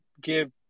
give